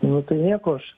nu tai nieko aš